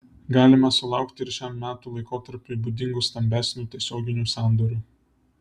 galime sulaukti ir šiam metų laikotarpiui būdingų stambesnių tiesioginių sandorių